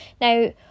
Now